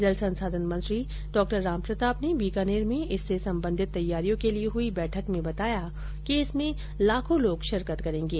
जल संसाधन मंत्री डॉ रामप्रताप ने बीकानेर में इससे संबंधित तैयारियों के लिये हुई बैठक में बताया कि इसमें लाखों लोग शिरकत करेंगे